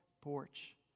porch